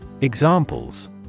Examples